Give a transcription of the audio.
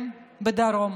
בדרום